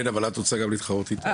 כן אבל את רוצה גם להתחרות איתה.